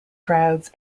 crowds